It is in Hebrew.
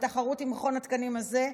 לתחרות עם מכון התקנים הזה,